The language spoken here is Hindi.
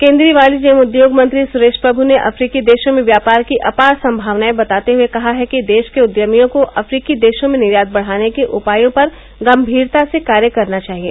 केन्द्रीय वाणिज्य एवं उद्योग मंत्री सुरेश प्रमु ने अफ्रीकी देशों में थ्यापार की अपार सम्भावनायें बताते हुये कहा है कि देश के उद्यमियों को अफ्रीकी देशों में निर्यात बढ़ाने के उपयों पर गम्मीरता से कार्य करना चाहिए